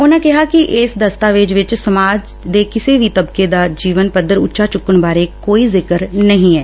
ਉਨੂਾ ਕਿਹਾ ਕਿ ਇਸ ਦਸਤਾਵੇਜ਼ ਵਿਚ ਸਮਾਜ ਦੇ ਕਿਸੇ ਵੀ ਤਬਕੇ ਦਾ ਜੀਵਨ ਪੱਧਰ ਉੱਚਾ ਚੁੱਕਣ ਬਾਰੇ ਵੀ ਕੋਈ ਜ਼ਿਕਰ ਨਹੀਂ ਏ